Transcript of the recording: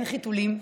אין חיתולים,